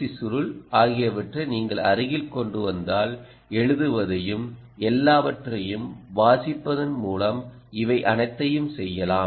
C சுருள் ஆகியவற்றை நீங்கள் அருகில் கொண்டு வந்தால் எழுதுவதையும் எல்லாவற்றையும் வாசிப்பதன் மூலம் இவை அனைத்தையும் செய்யலாம்